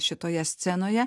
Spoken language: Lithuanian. šitoje scenoje